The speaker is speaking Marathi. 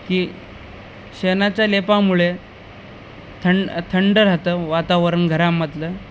की शेणाच्या लेपामुळे थं थंड राहतं वातावरण घरामधलं